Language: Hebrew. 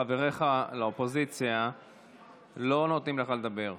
חבריך לאופוזיציה לא נותנים לך לדבר.